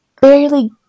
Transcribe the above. barely